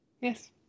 Yes